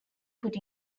put